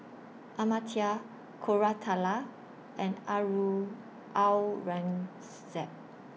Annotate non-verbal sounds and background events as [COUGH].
Amartya Koratala and [UNINTELLIGIBLE] Aurangzeb